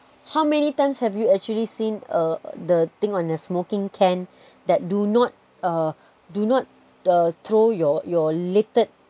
how many times have you actually seen uh the thing on a smoking can that do not uh do not uh throw your your littered